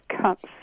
cups